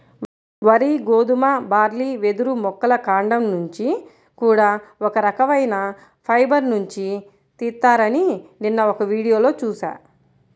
వరి, గోధుమ, బార్లీ, వెదురు మొక్కల కాండం నుంచి కూడా ఒక రకవైన ఫైబర్ నుంచి తీత్తారని నిన్న ఒక వీడియోలో చూశా